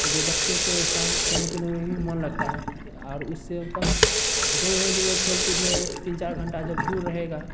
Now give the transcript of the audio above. जो बच्चे को शाम खेलने कूदने में भी मन लगता है और उससे कम से कम जो वो खेल कूद में तीन चार घंटा जब दूर रहेगा